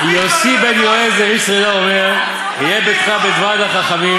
"יוסי בן יועזר איש צרדה אומר: יהי ביתך בית ועד לחכמים,